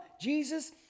Jesus